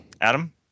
Adam